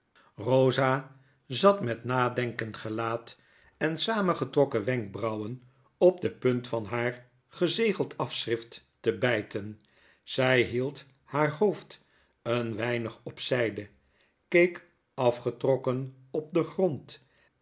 rosa zat met nadenkend gelaat en saamgetrokken wenkbrauwen op de punt van haar gezegeld afschrift te byten zy hield haar hoofd een weinig op zijde keek afgetrokken op den grond